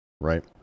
Right